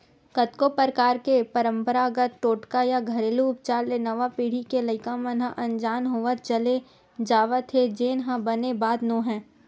कतको परकार के पंरपरागत टोटका या घेरलू उपचार ले नवा पीढ़ी के लइका मन ह अनजान होवत चले जावत हे जेन ह बने बात नोहय